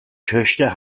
töchter